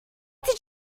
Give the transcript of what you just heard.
did